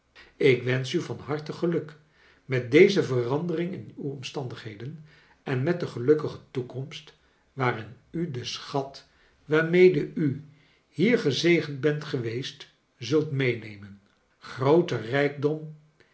ik wensch u van harte geluk met deze verandering in uw omstandighedn en met de gelukkige toekomst waarin u den schat waarmede u hier gezegend bent geweest zult meenemen grooter rijkdom